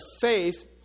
faith